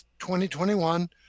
2021